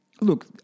Look